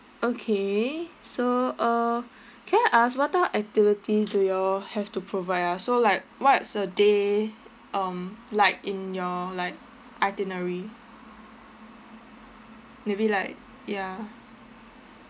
okay so uh can I ask what type of activities do you all have to provide ah so like what's a day um like in your like itinerary maybe like ya